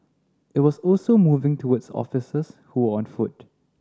it was also moving towards officers who were on foot